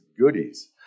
goodies